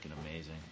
amazing